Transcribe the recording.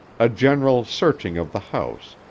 a general searching of the house,